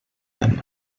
them